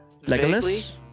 Legolas